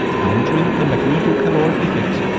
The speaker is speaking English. countering the magnetocaloric effect.